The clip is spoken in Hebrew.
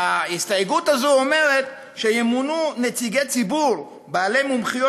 וההסתייגות הזו אומרת שימונו נציגי ציבור בעלי מומחיות